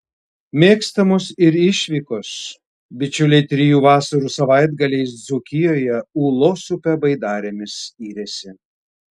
mėgstamos ir išvykos bičiuliai trijų vasarų savaitgaliais dzūkijoje ūlos upe baidarėmis yrėsi